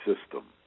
system